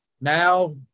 Now